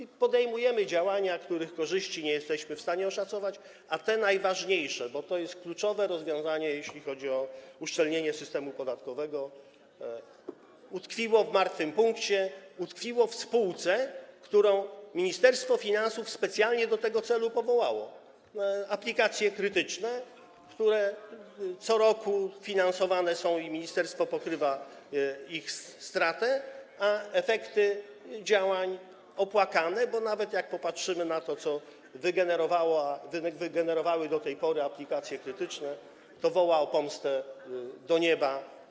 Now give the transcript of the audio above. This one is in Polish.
I podejmujemy działania, z których korzyści nie jesteśmy w stanie oszacować, a to najważniejsze, bo to jest kluczowe rozwiązanie, jeśli chodzi o uszczelnienie systemu podatkowego, utkwiło w martwym punkcie, utkwiło w spółce, którą Ministerstwo Finansów specjalnie do tego celu powołało, Aplikacje Krytyczne, które co roku są finansowane, ministerstwo pokrywa ich stratę, a efekty działań są opłakane, bo nawet jak popatrzymy na to, co wygenerowały do tej pory Aplikacje Krytyczne, to woła to o pomstę do nieba.